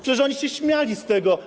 Przecież oni się śmiali z tego.